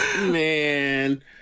Man